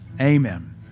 amen